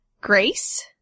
Grace